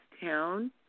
town